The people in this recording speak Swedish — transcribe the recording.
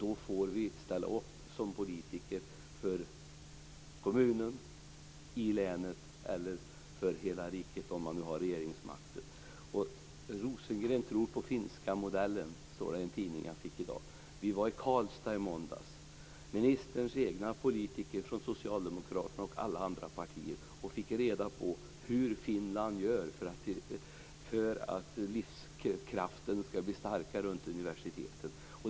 Då får vi som politiker ställa upp för kommunen, för länet eller för hela riket, om man nu har regeringsmakten. Jag läste i en tidning i dag att Rosengren tror på den finska modellen. Vi - ministerns egna politiker från socialdemokraterna och politiker från alla andra partier - var i Karlstad i måndags. Då fick vi veta hur Finland gör för att livskraften skall bli starkare runt universiteten.